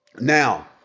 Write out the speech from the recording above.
Now